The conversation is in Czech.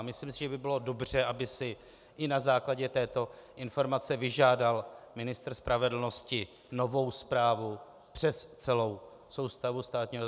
Myslím si, že by bylo dobře, aby si i na základě této informace vyžádal ministr spravedlnosti novou zprávu přes celou soustavu státního zastupitelství.